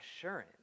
assurance